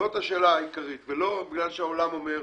זאת השאלה העיקרית ולא בגלל שהעולם אומר.